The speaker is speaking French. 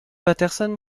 patterson